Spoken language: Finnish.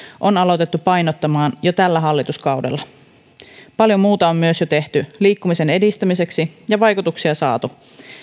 on aloitettu painottamaan jo tällä hallituskaudella myös paljon muuta on jo tehty liikkumisen edistämiseksi ja vaikutuksia saatu